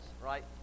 right